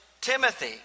Timothy